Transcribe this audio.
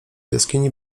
jaskini